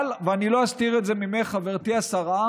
אבל, ואני לא אסתיר את זה ממך, חברתי השרה,